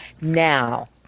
Now